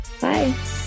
Bye